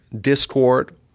discord